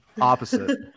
Opposite